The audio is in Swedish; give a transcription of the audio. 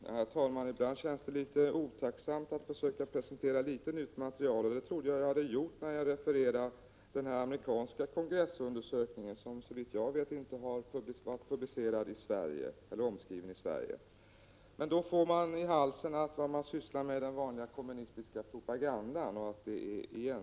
Herr talman! Ibland känns det litet otacksamt att försöka presentera nytt material. Det trodde jag att jag gjorde när jag refererade den amerikanska kongressundersökningen, som såvitt jag vet inte har varit omskriven i Sverige. Då får man i halsen att man sysslar med den vanliga kommunistiska — Prot. 1987/88:31 propagandan och att det man säger känns igen.